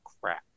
crap